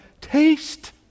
Taste